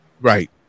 right